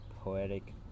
poetic